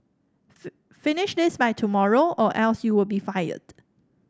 finish this by tomorrow or else you will be fired